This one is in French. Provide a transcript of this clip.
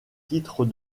titres